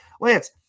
Lance